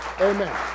Amen